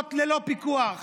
במקומות ללא פיקוח,